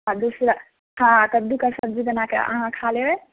आओर दूसरा हँ कद्दूके सब्जी बनाके अहाँ खा लेबै